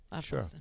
Sure